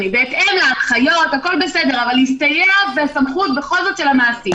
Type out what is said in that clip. כי זה בכל זאת סמכות של המעסיק.